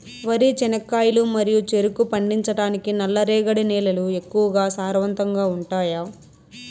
వరి, చెనక్కాయలు మరియు చెరుకు పండించటానికి నల్లరేగడి నేలలు ఎక్కువగా సారవంతంగా ఉంటాయా?